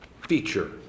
feature